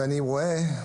ואני רואה,